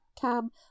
Cam